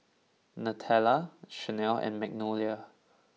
Nutella Chanel and Magnolia